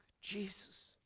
Jesus